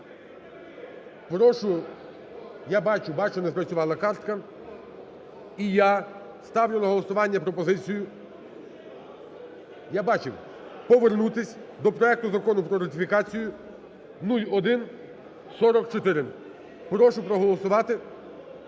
бачу: не спрацювала картка. Я ставлю на голосування пропозицію (я бачив) повернутися до проекту Закону про ратифікацію (0144). Прошу проголосувати.